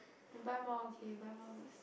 buy more okay buy more mixer